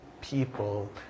people